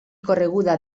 correguda